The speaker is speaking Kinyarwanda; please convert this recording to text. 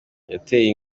yateye